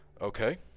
okay